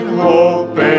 hope